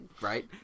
Right